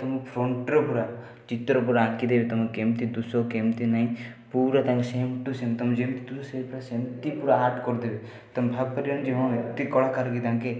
ତୁମ ଫ୍ରନ୍ଟରେ ପୁରା ଚିତ୍ର ପୁରା ଆଙ୍କି ଦେବେ ତୁମେ କେମତି ଦିଶିବ କେମତି ନାଇଁ ପୁରା ତାଙ୍କେ ସେମ୍ ଟୁ ସେମ୍ ତୁମେ ଯେମତି ଥିବା ସେମିତି ପୁରା ଆର୍ଟ କରିଦେବେ ତୁମେ ଭାବିପାରିବନି କି ଏମତି କଳାକାର କି ତାଙ୍କେ